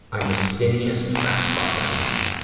i'm the skinniest fat fuck i know.